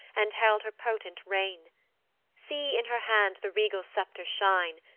and held her potent reign see in her hand the regal sceptre shine,